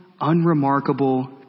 unremarkable